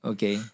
Okay